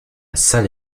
salle